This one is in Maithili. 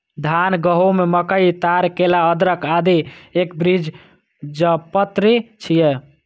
धान, गहूम, मकई, ताड़, केला, अदरक, आदि एकबीजपत्री छियै